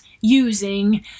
using